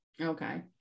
Okay